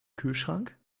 kühlschrank